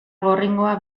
gorringoa